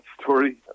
story